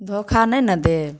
धोखा नहि ने देब